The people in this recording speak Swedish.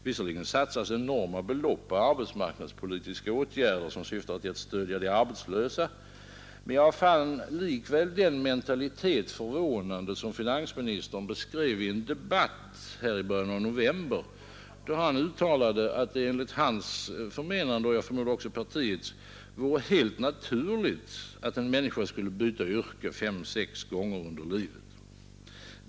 Visserligen satsas enorma belopp på arbetsmarknadspolitiska åtgärder som syftar till att stödja de arbetslösa, men jag fann likväl den mentalitet förvånande som finansministern beskrev i en debatt här i början av november, då han uttalade att det enligt hans och jag förmodar partiets mening vore helt naturligt att en människa skulle byta yrke fem å sex gånger under livet.